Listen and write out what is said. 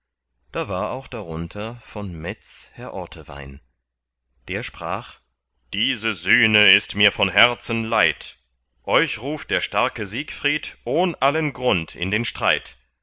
da war auch darunter von metz herr ortewein der sprach diese sühne ist mir von herzen leid euch ruft der starke siegfried ohn allen grund in den streit